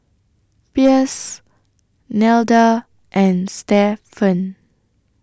Pierce Nelda and Stephen